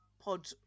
pod